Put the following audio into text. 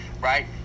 Right